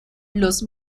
los